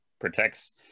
protects